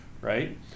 right